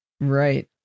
Right